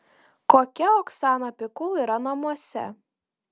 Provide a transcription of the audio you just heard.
kokia oksana pikul yra namuose